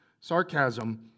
sarcasm